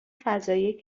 فضایی